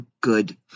good